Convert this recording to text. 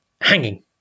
hanging